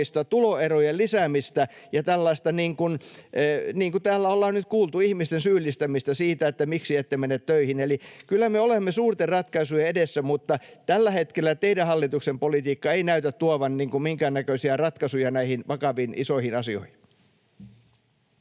tuloerojen lisäämistä ja tällaista, niin kuin täällä ollaan nyt kuultu, ihmisten syyllistämistä, että miksi ette mene töihin. Eli kyllä me olemme suurten ratkaisujen edessä, mutta teidän hallituksen politiikka ei tällä hetkellä näytä tuovan minkäännäköisiä ratkaisuja näihin vakaviin isoihin asioihin.